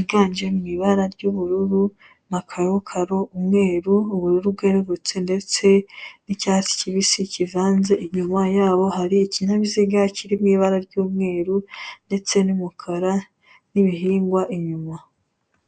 iganje mu ibara ry'ubururu na karokaro, umweru, ubururu bwerurutse ndetse n'icyatsi kibisi kivanze. Inyuma yabo hari ikinyabiziga kiri mu ibara ry'umweru ndetse n'umukara, n'ibihingwa inyuma.